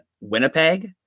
Winnipeg